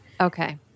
Okay